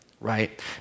right